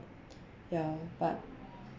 ya but